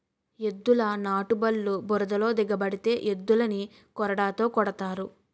ఎద్దుల నాటుబల్లు బురదలో దిగబడితే ఎద్దులని కొరడాతో కొడతారు